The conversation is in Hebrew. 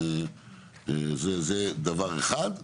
זה דבר אחד.